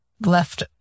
left